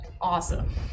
Awesome